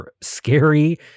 scary